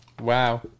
Wow